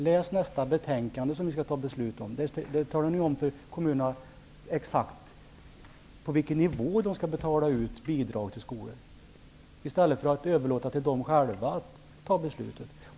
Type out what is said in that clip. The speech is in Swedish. Läs nästa betänkande som vi skall fatta beslut om. Där talar ni om för kommunerna exakt på vilken nivå skolbidragen skall ligga, i stället för att överlåta till dem själva att fatta besluten.